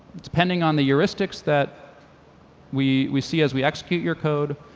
depending on the heuristics that we we see as we execute your code,